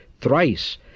thrice